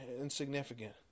insignificant